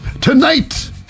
Tonight